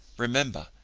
remember,